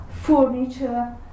furniture